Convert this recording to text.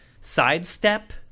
sidestep